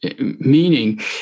meaning